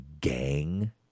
gang